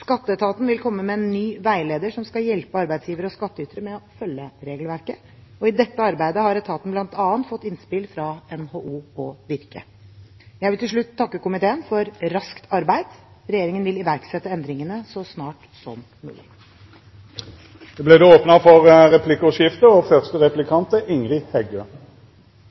Skatteetaten vil komme med en ny veileder som skal hjelpe arbeidsgivere og skattytere med å følge regelverket. I dette arbeidet har etaten bl.a. fått innspill fra NHO og Virke. Jeg vil til slutt takke komiteen for raskt arbeid. Regjeringen vil iverksette endringene så snart som mulig. Det vert replikkordskifte. Om arbeidsgjevaravgifta går opp med 2 pst., meiner statsråden det da er